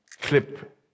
clip